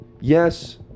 Yes